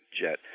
Jet